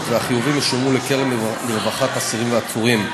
והחיובים ישולמו לקרן לרווחת אסירים ועצורים.